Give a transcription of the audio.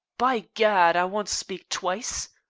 by gad! i won't speak twice.